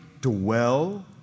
dwell